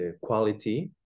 quality